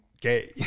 gay